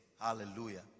Hallelujah